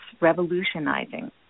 revolutionizing